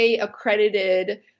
accredited